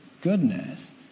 goodness